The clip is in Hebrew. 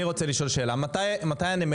אני רוצה לשאול שאלה: מתי הנמלים